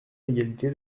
d’égalité